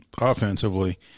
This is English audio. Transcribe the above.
offensively